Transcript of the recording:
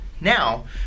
Now